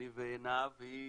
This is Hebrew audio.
אני ועינב, והיא